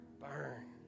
Burn